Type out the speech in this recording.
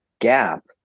gap